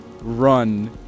run